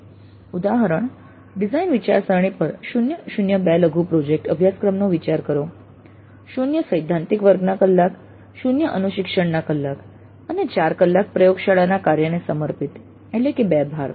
ઉદાહરણ ડિઝાઇન વિચારસરણી પર 002 લઘુ પ્રોજેક્ટ અભ્યાસક્રમનો વિચાર કરો 0 સૈદ્ધાંતિક વર્ગના કલાક 0 અનુશિક્ષણના કલાક અને 4 કલાક પ્રયોગશાળા કાર્યને સમર્પિત બે ભાર